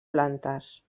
plantes